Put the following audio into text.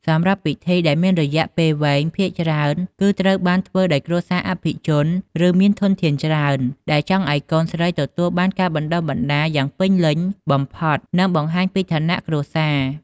សម្រាប់ពិធីដែលមានរយៈពេលវែងភាគច្រើនគឺត្រូវបានធ្វើដោយគ្រួសារអភិជន ឬ មានធនធានច្រើន ដែលចង់ឱ្យកូនស្រីទទួលបានការបណ្តុះបណ្តាលយ៉ាងពេញលេញបំផុត និងបង្ហាញពីឋានៈគ្រួសារ។